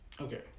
okay